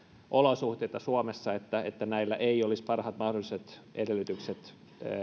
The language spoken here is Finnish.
olosuhteita suomessa että että näillä olisi parhaat mahdolliset edellytykset